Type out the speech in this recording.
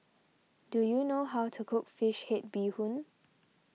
do you know how to cook Fish Head Bee Hoon